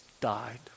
died